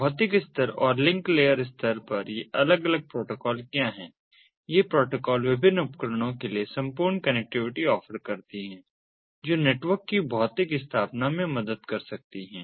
भौतिक स्तर और लिंक लेयर स्तर पर ये अलग अलग प्रोटोकॉल क्या हैं ये प्रोटोकॉल विभिन्न उपकरणों के लिए संपूर्ण कनेक्टिविटी ऑफ़र करती है जो नेटवर्क की भौतिक स्थापना में मदद कर सकती है